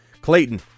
clayton